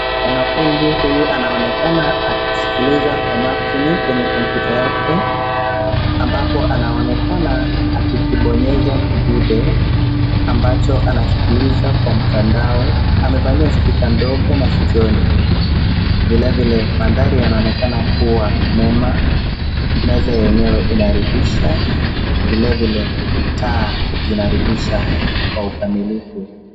Mwanafunzi huyu anaonekana akisikiliza Kwa maakini kwenye kompyuta yake, ambapo anaonekana akikibonyeza kidude ambacho anasikiliza Kwa mtandao amevalia spika ndogo maskioni. Vilevile mandhari yanaonekana kuwa mema ,meza yenyewe inaridhisha vilevile taa zinaridhisha kwa ukamilifu.